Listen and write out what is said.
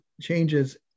changes